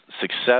success